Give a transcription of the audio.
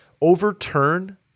overturn